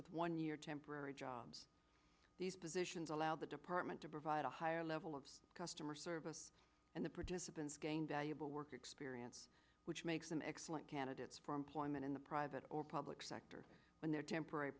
with one year temporary jobs these positions allow the department to provide a higher level of customer service and the participants gain valuable work experience which makes them excellent candidates for employment in the private or public sector when their temporary